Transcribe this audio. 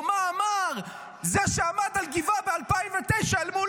או מה אמר זה שעמד על גבעה ב-2009 מול